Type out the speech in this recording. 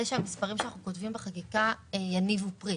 שהמספרים שאנחנו כותבים בחקיקה יניבו פרי.